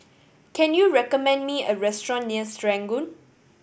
can you recommend me a restaurant near Serangoon